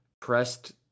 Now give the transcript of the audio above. pressed